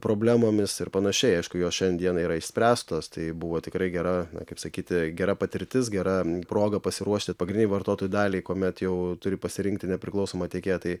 problemomis ir panašiai aišku jos šiandieną yra išspręstos tai buvo tikrai gera na kaip sakyti gera patirtis gera proga pasiruošti pagrindinei vartotojų daliai kuomet jau turi pasirinkti nepriklausomą tiekėją tai